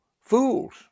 fools